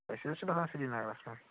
أسۍ حظ چھِ بسان سری نگرس منٛز